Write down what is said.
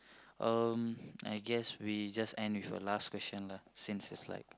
um I guess we just end with the last question lah since it's like